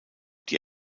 die